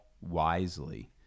wisely